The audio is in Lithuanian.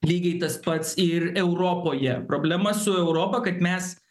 lygiai tas pats ir europoje problema su europa kad mes